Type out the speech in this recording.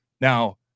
Now